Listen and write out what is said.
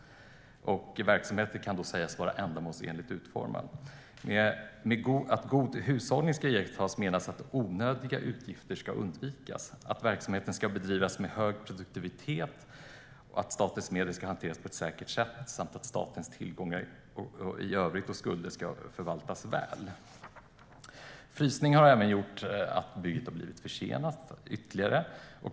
Verksamheten kan då sägas vara ändamålsenligt utformad. Med att god hushållning ska iakttas menas att onödiga utgifter ska undvikas, att verksamheten ska bedrivas med hög produktivitet, att statens medel ska hanteras på ett säkert sätt samt att statens tillgångar i övrigt och skulder ska förvaltas väl. Frysningen har även gjort att bygget har blivit försenat ytterligare.